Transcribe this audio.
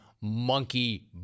monkey